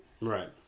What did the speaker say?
Right